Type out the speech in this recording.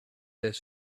there